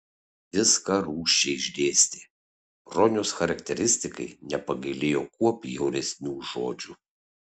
viską rūsčiai išdėstė broniaus charakteristikai nepagailėjo kuo bjauresnių žodžių